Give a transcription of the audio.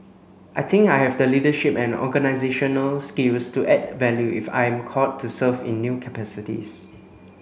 I think I have the leadership and organisational skills to add value if I'm called to serve in new capacities